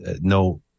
no